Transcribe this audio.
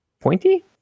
pointy